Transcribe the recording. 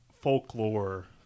folklore